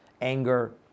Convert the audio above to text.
anger